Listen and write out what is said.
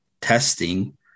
testing